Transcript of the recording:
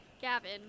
Gavin